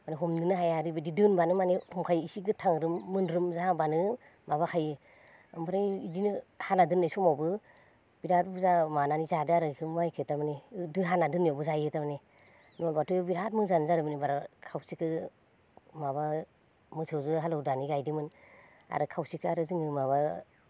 मने हमनोनो हाया ओरैबायदि दोनबानो माने खंखाय एसे गोथांरोम मोनरोम जाहांबानो माबाखायो ओमफ्राय बिदिनो हाना दोननाय समावबो बिराद बुरजा माबानानै जादों आरो माइखौ थारमाने हाना दोननायावबो जायो तारमाने नङाबाथ' बिराद मोजांआनो जादोंमोन एबार खावसेखौ माबा मोसौजों हालौनानै गायदोंमोन आरो खावसेखौ आरो जोङो माबा